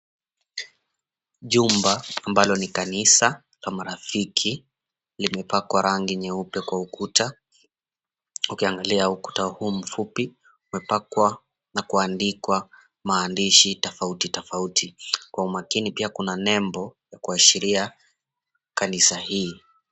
Jumba ambalo ni kanisa la marafiki, limepakwa rangi nyeupe kwa ukuta. Ukiangalia ukuta huu mfupi, umepakwa na kuandikwa maandishi tofauti tofauti. Kwa umakini pia kuna nembo ya kuashiria kanisa hii.